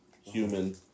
human